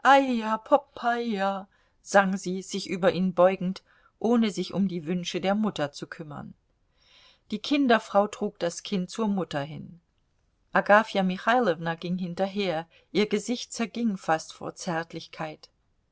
sang sie sich über ihn beugend ohne sich um die wünsche der mutter zu kümmern die kinderfrau trug das kind zur mutter hin agafja michailowna ging hinterher ihr gesicht zerging fast vor zärtlichkeit